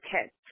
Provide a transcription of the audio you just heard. kids